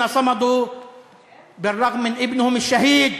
אשר עמדו בפרץ למרות בְּנָם השהיד.